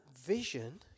vision